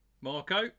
Marco